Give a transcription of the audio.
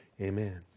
Amen